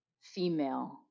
female